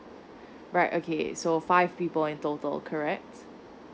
right okay so five people in total correct